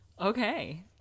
Okay